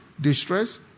distress